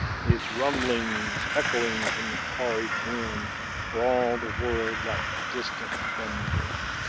its rumblings echoing in the quarried glen for all the world like distant thunder.